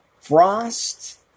frost